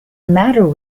matter